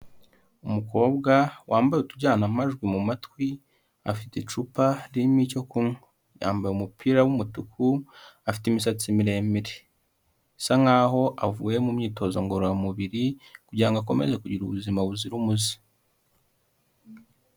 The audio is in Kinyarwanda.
Umukobwa wambaye utujyanamajwi mu matwi, afite icupa ririmo icyo kunywa, yambaye umupira w'umutuku, afite imisatsi miremire, asa nkaho avuye mu myitozo ngororamubiri kugira ngo akomeze kugira ubuzima buzira umuze.